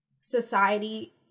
society